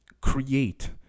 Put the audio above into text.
create